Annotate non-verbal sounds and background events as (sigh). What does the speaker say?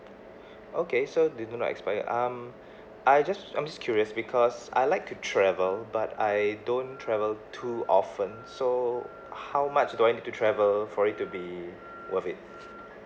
(breath) okay so they do not expire um (breath) I just I'm just curious because I like to travel but I don't travel too often so how much do I need to travel for it to be worth it